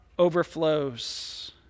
overflows